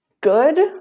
good